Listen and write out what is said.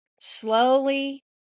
slowly